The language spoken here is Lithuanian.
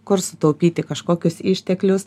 kur sutaupyti kažkokius išteklius